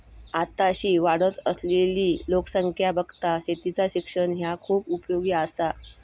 आताशी वाढत असलली लोकसंख्या बघता शेतीचा शिक्षण ह्या खूप उपयोगी आसा